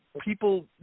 people